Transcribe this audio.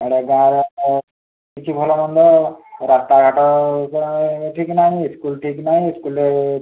ଆଡ଼େ ଗାଁରେ ତ କିଛି ଭଲ ମନ୍ଦ ରାସ୍ତାଘାଟ ସେରଙ୍କ ଠିକ୍ ନାହିଁ ସ୍କୁଲ୍ ଠିକ୍ ନାହିଁ ସ୍କୁଲ୍ରେ